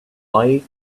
life